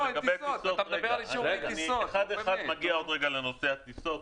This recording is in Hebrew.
אני אגיע לנושא הטיסות.